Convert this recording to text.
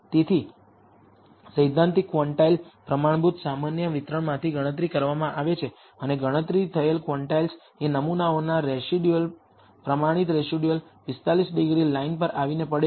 તેથી સૈદ્ધાંતિક ક્વોન્ટાઇલ્સ પ્રમાણભૂત સામાન્ય વિતરણમાંથી ગણતરી કરવામાં આવે છે અને ગણતરી થયેલ ક્વોન્ટાઇલ્સ એ નમૂનાના રેસિડયુઅલ પ્રમાણિત રેસિડયુઅલ 45 ડિગ્રી લાઇન પર આવીને પડે છે